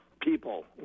people